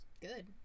good